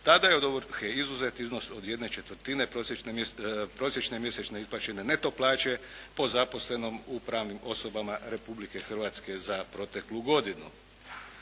ovrhe izuzet iznos od jedne četvrtine prosječne mjesečne isplaćene neto plaće po zaposlenom u pravnim osobama Republike Hrvatske za proteklu godinu.